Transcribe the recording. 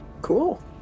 cool